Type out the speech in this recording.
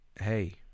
Hey